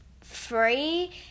free